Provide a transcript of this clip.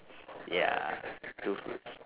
~s ya two fruits